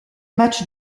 match